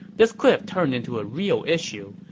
this could've turned into a real issue,